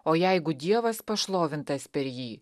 o jeigu dievas pašlovintas per jį